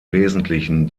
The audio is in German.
wesentlichen